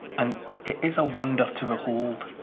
and it is a wonder to behold.